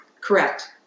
Correct